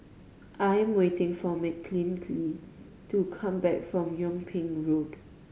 I am waiting for to come back from Yung Ping Road